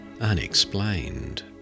unexplained